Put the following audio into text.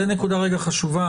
זו נקודה חשובה,